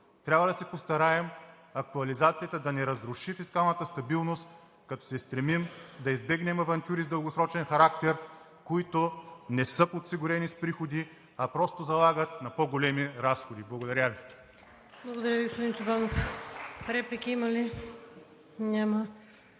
Трябва да се постараем актуализацията да не разруши фискалната стабилност, като се стремим да избегнем авантюризма в дългосрочен характер, които не са подсигурени с приходи, а просто залагат на по-големи разходи. Благодаря Ви. (Ръкопляскания от ДПС.)